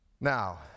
Now